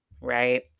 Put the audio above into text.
right